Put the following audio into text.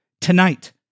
tonight